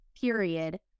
period